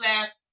left